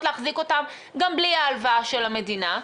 להחזיק אותם גם בלי ההלוואה של המדינה.